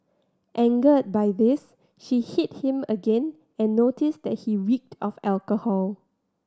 angered by this she hit him again and noticed that he reeked of alcohol